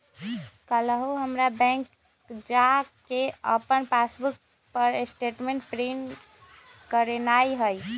काल्हू हमरा बैंक जा कऽ अप्पन पासबुक पर स्टेटमेंट प्रिंट करेनाइ हइ